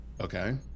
okay